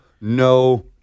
no